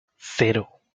cero